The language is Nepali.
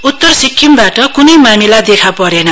उत्तर सिक्किमबाट क्नै मामिला देखा परेन